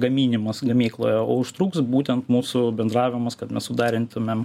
gaminimas gamykloje o užtruks būtent mūsų bendravimas kad mes suderintumėm